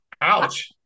Ouch